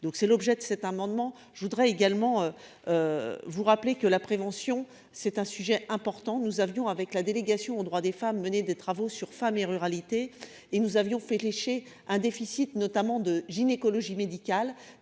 donc c'est l'objet de cet amendement, je voudrais également vous rappeler que la prévention, c'est un sujet important, nous avions avec la délégation aux droits des femmes, mené des travaux sur famille ruralité et nous avions fait lécher un déficit notamment de gynécologie médicale